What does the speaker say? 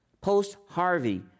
post-Harvey